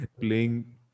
playing